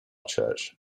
church